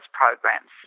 programs